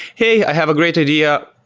hey, i have a great idea.